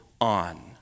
on